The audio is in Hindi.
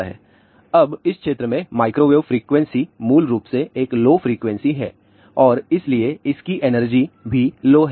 अब इस क्षेत्र में माइक्रोवेव फ्रीक्वेंसी मूल रूप से एक लो फ्रीक्वेंसी है और इसलिए इसकी एनर्जी भी लो है